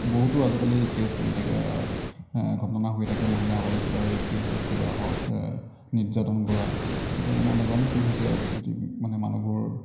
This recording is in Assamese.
বহুতো আজিকালি কেচ চলি থাকে এ ঘটনা হৈ থাকে মহিলাসকলৰ কিবা ৰেপ কেচত কিবা হওক নিৰ্যাতন কৰা গতিকে মই নেজানো কি হৈছে পৃথিৱী মানে মানুহবোৰ